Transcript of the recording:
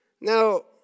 Now